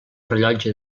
rellotge